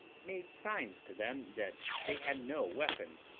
made signs to them that they had no weapons,